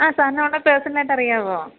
സാറിനവളെ പെഴ്സണലായിട്ട് അറിയാമോ